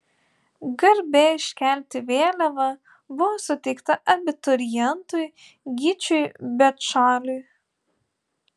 garbė iškelti vėliavą buvo suteikta abiturientui gyčiui bečaliui